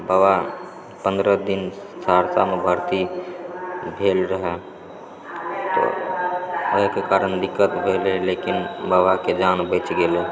बाबा पन्द्रह दिन सहरसामे भर्ती भेल रहऽ तऽ ओहिके कारण दिक्कत भेलय लेकिन बाबाके जान बचि गेलै